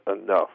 enough